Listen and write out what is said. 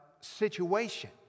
situation